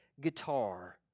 guitar